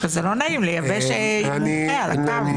זה לא נעים לייבש מומחה על הקו.